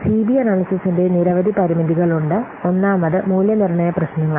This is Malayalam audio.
സിബി അനാല്യ്സിസിന് നിരവധി പരിമിതികളുണ്ട് ഒന്നാമത് മൂല്യനിർണ്ണയ പ്രശ്നങ്ങൾ